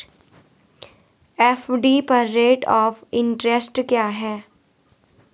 FD पर rate of interest क्या है?